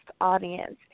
audience